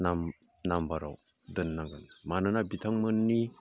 नाम्बाराव दोननांगोन मानोना बिथांमोननि